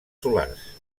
solars